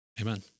Amen